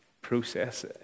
process